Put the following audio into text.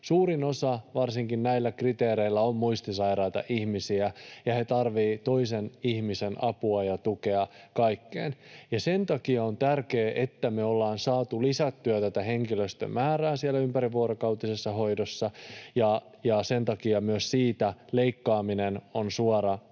Suurin osa varsinkin näillä kriteereillä on muistisairaita ihmisiä, ja he tarvitsevat toisen ihmisen apua ja tukea kaikkeen, ja sen takia on tärkeää, että me ollaan saatu lisättyä tätä henkilöstömäärää siellä ympärivuorokautisessa hoidossa, ja sen takia myös siitä leikkaaminen on suora